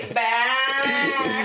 back